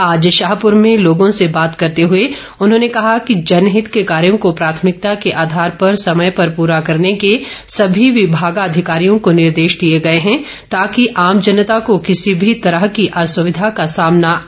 आज शाहपुर में लोगों से बात करते हुए उन्होंने कहा कि जनहित के कार्यों को प्राथमिकता के आधार पर समय पर पूरा करने के सभी विमागाधिकारियों को निर्देश दिए गए है ताकि आम जनता को किसी भी तरह की असुविधा का सामना न करना पड़े